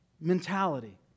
mentality